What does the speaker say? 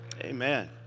Amen